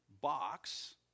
box